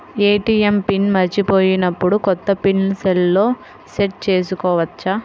ATM pin మరచిపోయినప్పుడు, కొత్త pin సెల్లో సెట్ చేసుకోవచ్చా?